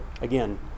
again